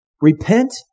Repent